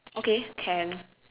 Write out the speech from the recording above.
okay can